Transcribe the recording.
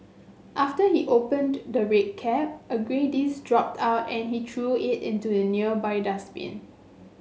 after he opened the red cap a grey disc dropped out and he threw it into a nearby dustbin